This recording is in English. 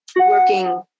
working